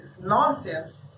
nonsense